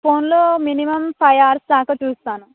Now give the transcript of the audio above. ఫోన్లో minimum five hours దాకా చూస్తాను